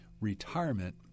retirement